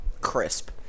Crisp